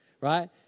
right